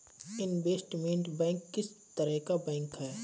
Investment bank किस तरह का बैंक है?